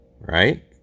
Right